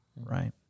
right